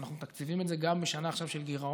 ואנחנו מתקצבים את זה גם עכשיו, בשנה של גירעון.